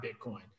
Bitcoin